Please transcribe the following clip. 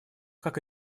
как